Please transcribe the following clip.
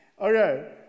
okay